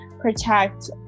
protect